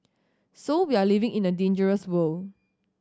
so we are living in a dangerous world